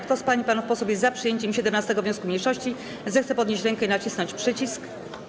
Kto z pań i panów posłów jest za przyjęciem 17. wniosku mniejszości, zechce podnieść rękę i nacisnąć przycisk.